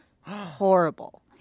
Horrible